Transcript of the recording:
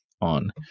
on